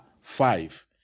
five